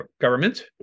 government